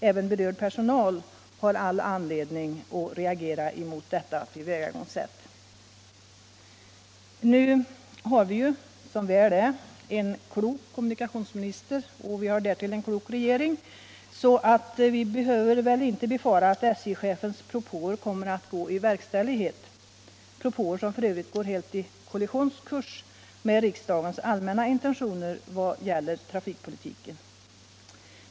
Även berörd personal har all anledning att reagera mot tillvägagångssättet. Nu har vi som väl är en klok kommunikationsminister och därtill en klok regering, så vi behöver väl inte befara att SJ-chefens propåer kommer att gå i verkställighet — propåer som f. ö. går helt på kollisionskurs med riksdagens allmänna intentioner vad gäller trafikpolitiken.